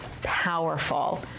powerful